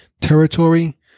territory